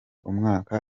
umwaka